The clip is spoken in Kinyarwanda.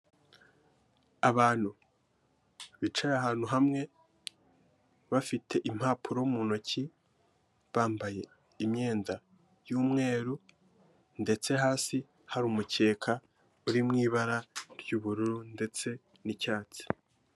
Abantu bicaye ahantu hamwe, bafite impapuro mu ntoki, bambaye imyenda y'umweru, ndetse hasi hari umukeka uri mu ibara ry'ubururu ndetse n'icyatsi.